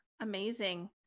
amazing